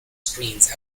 screens